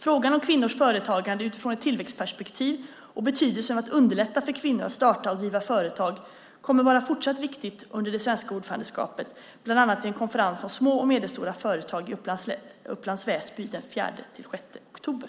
Frågan om kvinnors företagande utifrån ett tillväxtperspektiv och betydelsen av att underlätta för kvinnor att starta och driva företag kommer att fortsatt vara viktig under det svenska ordförandeskapet, bland annat på en konferens om små och medelstora företag i Upplands Väsby den 4-6 oktober.